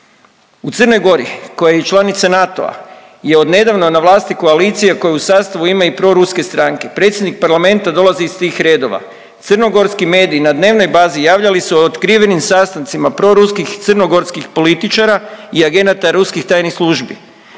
U Crnoj Gori koja je i članica NATO-a je od nedavno na vlasti koalicije koja u sastavu ima i proruske stranke, predsjednik parlamenta dolazi iz tih redova. Crnogorski mediji na dnevnoj bazi javljali su o otkrivenim sastancima proruskih i crnogorskih političara i agenata ruskih tajnih službi.